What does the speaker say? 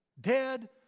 dead